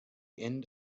end